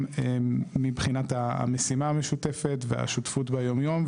מבחינת המשימה המשותפת והשותפות ביום יום,